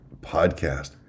Podcast